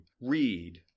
read